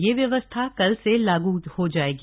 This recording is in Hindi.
यह व्यवस्था कल से लागू हो जाएगी